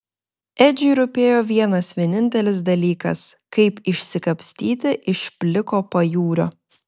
edžiui rūpėjo vienas vienintelis dalykas kaip išsikapstyti iš pliko pajūrio